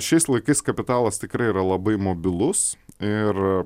šiais laikais kapitalas tikrai yra labai mobilus ir